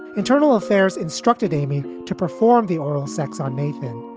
internal affairs instructed amy to perform the oral sex on nathan,